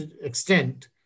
extent